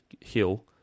Hill